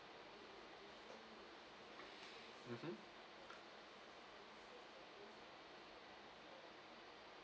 mmhmm